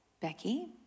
Becky